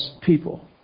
people